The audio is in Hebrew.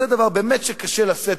וזה דבר שבאמת קשה לשאת,